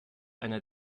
einer